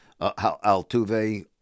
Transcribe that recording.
Altuve